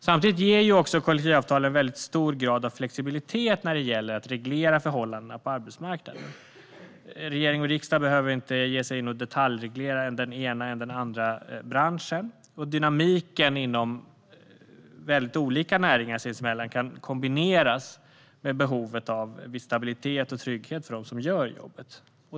Samtidigt ger kollektivavtalen en hög grad av flexibilitet när det gäller att reglera förhållandena på arbetsmarknaden. Regering och riksdag behöver inte ge sig in och detaljreglera än den ena, än den andra branschen, och dynamiken inom sinsemellan väldigt olika näringar kan kombineras med behovet av viss stabilitet och trygghet för dem som gör jobbet.